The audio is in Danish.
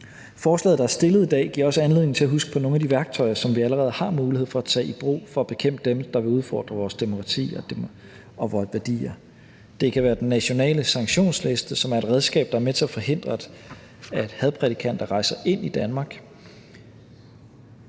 Forslaget, der er fremsat i dag, giver også anledning til at huske på nogle af de værktøjer, som vi allerede har mulighed for at tage i brug for at bekæmpe dem, der vil udfordre vores demokrati og vores værdier. Det kan være den nationale sanktionsliste, som er et redskab, der er med til at forhindre, at hadprædikanter rejser ind i Danmark.